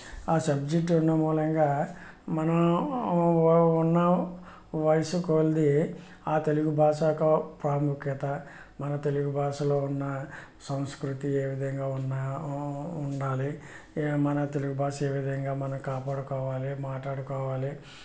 ఆ సబ్జెక్టు ఉండడం మూలంగా మనం ఉన్న వయసు కొలది ఆ తెలుగు భాష యొక్క ప్రాముఖ్యత మన తెలుగు భాషలో ఉన్న సంస్కృతి ఏ విధంగా ఉన్న ఉండాలి మన తెలుగు భాష మనం ఏవిధంగా కాపాడుకోవాలి మాట్లాడుకోవాలి